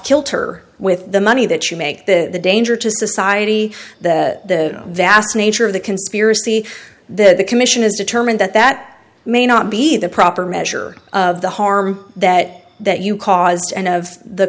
kilter with the money that you make the danger to society that the vast nature of the conspiracy the commission has determined that that may not be the proper measure of the harm that that you caused and of the